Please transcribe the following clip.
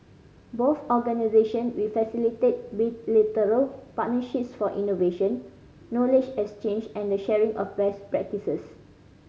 both organisation will facilitate bilateral partnerships for innovation knowledge exchange and the sharing of best practices